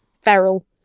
feral